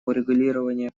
урегулирование